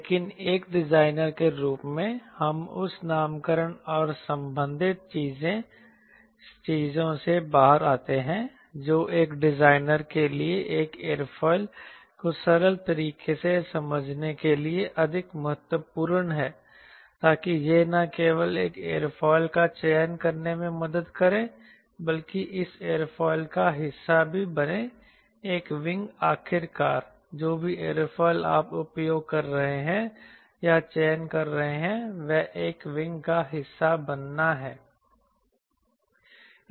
लेकिन एक डिजाइनर के रूप में हम उस नामकरण और संबंधित चीजों से बाहर आते हैं जो एक डिजाइनर के लिए एक एयरोफिल को सरल तरीके से समझने के लिए अधिक महत्वपूर्ण है ताकि यह न केवल एक एयरोफिल का चयन करने में मदद करे बल्कि इस एयरोफिल का हिस्सा भी बने एक विंग आखिरकार जो भी एयरोफिल आप उपयोग कर रहे हैं या चयन कर रहे हैं वह एक विंग का हिस्सा बनना है